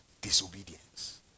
disobedience